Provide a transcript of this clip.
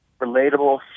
relatable